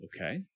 Okay